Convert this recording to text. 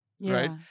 right